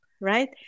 right